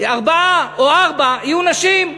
ארבעה או ארבע יהיו נשים.